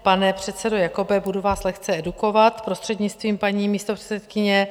Pane předsedo Jakobe, budu vás lehce edukovat, prostřednictvím paní místopředsedkyně.